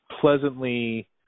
pleasantly